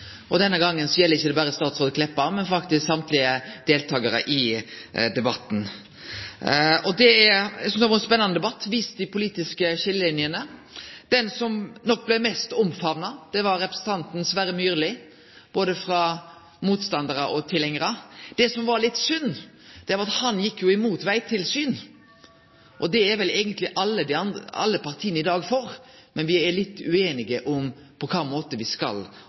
og denne gongen gjeld det ikkje berre statsråd Meltveit Kleppa, men faktisk alle deltakarane i debatten. Eg synest det har vore ein spennande debatt, som har vist dei politiske skiljelinjene. Den som nok blei mest omfamna både av motstandarar og tilhengarar, var representanten Sverre Myrli. Det som er litt synd er at han går imot vegtilsyn, og det er vel eigentleg alle partia i dag for, men me er litt ueinige om på kva måte me skal